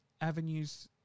avenues